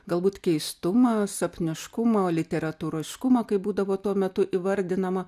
galbūt keistumą sapniškumą literatūriškumą kaip būdavo tuo metu įvardinama